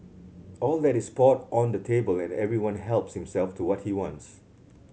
all that is poured on the table and everyone helps himself to what he wants